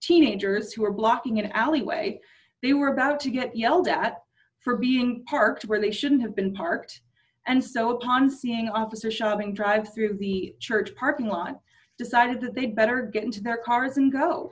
teenagers who were blocking an alleyway they were about to get yelled at for being parked where they shouldn't have been parked and so poncing officer shopping drive through the church parking lot decided that they better get into their cars and go